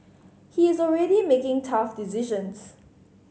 he is already making tough decisions